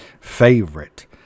favorite